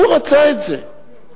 הוא רצה את זה.